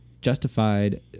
justified